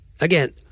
again